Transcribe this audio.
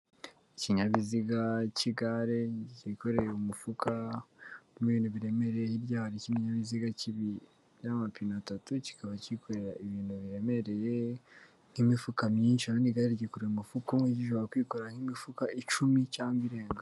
Ikinyabiziga cy'igare kikoreye umufuka urimo ibintu biremereye, hirya hari ikindi kinyabiziga cy'amapine atatu, kikaba kikorera ibintu biremereye nk'imifuka myinshi, urabona igare ryikoreye umufuka umwe, cyo gishobora kwikora nk'imifuka icumi cyangwa irenga.